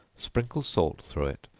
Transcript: sprinkle salt through it,